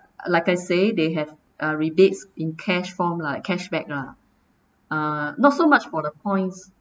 like I say they have uh rebates in cash form lah cashback ah uh not so much for the points